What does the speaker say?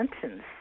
sentence